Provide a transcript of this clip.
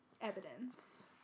evidence